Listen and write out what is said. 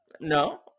No